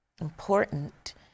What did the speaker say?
important